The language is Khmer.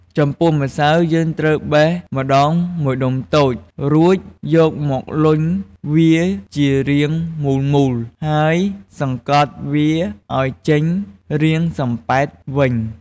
ចំពោះម្សៅ យើងត្រូវបេះម្ដងមួយដុំតូច រួចយកមកលុញវាជារាងមូលៗ ហើយសង្កត់វាឱ្យចេញរាងសំប៉ែតវិញ។